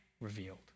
revealed